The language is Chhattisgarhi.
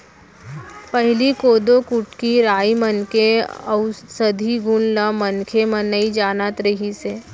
पहिली कोदो, कुटकी, राई मन के अउसधी गुन ल मनखे मन नइ जानत रिहिस हे